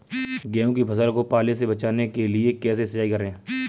गेहूँ की फसल को पाले से बचाने के लिए कैसे सिंचाई करें?